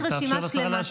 תאפשר לשרה להשיב.